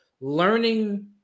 learning